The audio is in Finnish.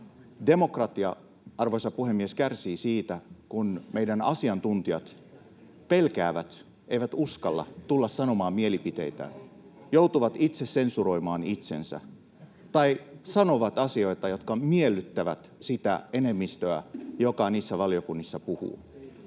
Demokratia, arvoisa puhemies, kärsii siitä, kun meidän asiantuntijat pelkäävät, eivät uskalla tulla sanomaan mielipiteitään, joutuvat sensuroimaan itseään [Perussuomalaisten ryhmästä: Ohhoh!] tai sanovat asioita, jotka miellyttävät sitä enemmistöä, joka niissä valiokunnissa puhuu.